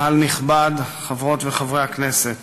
קהל נכבד, חברות וחברי הכנסת,